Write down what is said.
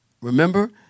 Remember